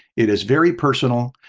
it is very personal.